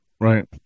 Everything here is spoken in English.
Right